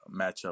matchup